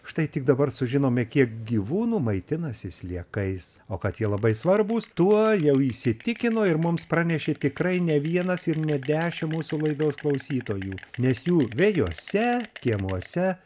štai tik dabar sužinome kiek gyvūnų maitinasi sliekais o kad jie labai svarbūs tuo jau įsitikino ir mums pranešė tikrai ne vienas ir ne dešim mūsų laidos klausytojų nes jų vejose kiemuose